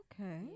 Okay